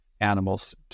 animals